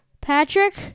Patrick